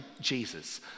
Jesus